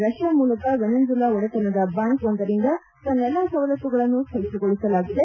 Russia ಮೂಲದ Venezuela ಒಡೆತನದ bank ಒಂದರಿಂದ ತನ್ನೆಲ್ಲಾ ಸವಲತ್ತುಗಳನ್ನು ಸ್ವಗಿತಗೊಳಿಸಲಾಗಿದೆ